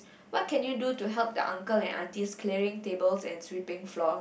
what can you do to help the uncle and aunties clearing tables and sweeping floor